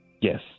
Yes